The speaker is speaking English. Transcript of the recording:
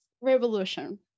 revolution